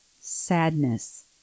sadness